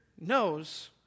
knows